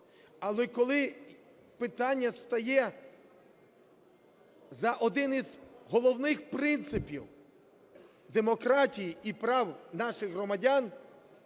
але коли питання стає за один із головних принципів демократії і прав наших громадян: